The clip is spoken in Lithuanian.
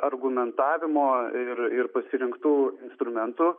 argumentavimo ir ir pasirinktų instrumentų